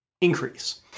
increase